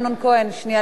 שנייה לפי שאתה יורד,